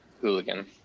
hooligan